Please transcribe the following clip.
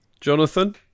Jonathan